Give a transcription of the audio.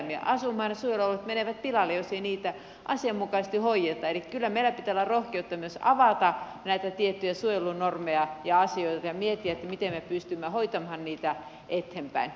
ne suojelualueet menevät pilalle jos ei niitä asianmukaisesti hoideta eli kyllä meillä pitää olla rohkeutta myös avata näitä tiettyjä suojelunormeja ja asioita ja miettiä miten me pystymme hoitamaan niitä eteenpäin